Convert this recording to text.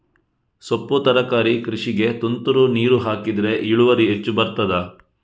ಸೊಪ್ಪು ತರಕಾರಿ ಕೃಷಿಗೆ ತುಂತುರು ನೀರು ಹಾಕಿದ್ರೆ ಇಳುವರಿ ಹೆಚ್ಚು ಬರ್ತದ?